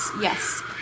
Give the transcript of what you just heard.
Yes